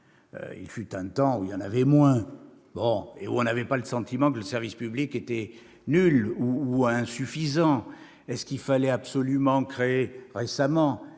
Il fut un temps où il y en avait moins, et où l'on n'avait pas pour autant le sentiment que le service public était nul ou insuffisant. Fallait-il absolument créer, récemment,